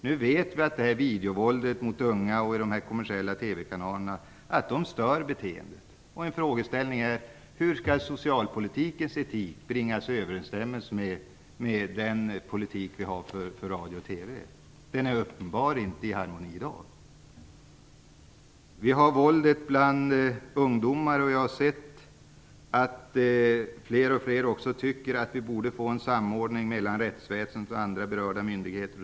Vi vet att videovåldet och våldet i de kommersiella TV kanalerna stör beteendet. En fråga är: Hur skall socialpolitikens etik bringas i överensstämmelse med den politik som vi har vad gäller radio och TV? Det är uppenbarligen inte någon harmoni i dag. Det finns våld bland ungdomar. Allt fler tycker att vi borde få en samordning mellan rättsväsendet och andra berörda myndigheter.